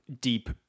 deep